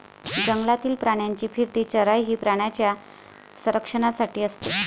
जंगलातील प्राण्यांची फिरती चराई ही प्राण्यांच्या संरक्षणासाठी असते